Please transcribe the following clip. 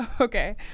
okay